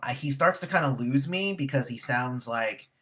ah he starts to kind of lose me because he sounds like.